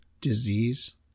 disease